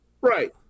Right